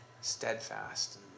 steadfast